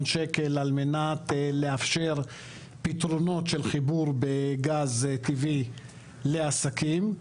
שקל על מנת לאפשר פתרונות של חיבור בגז טבעי לעסקים.